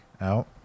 out